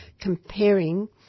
comparing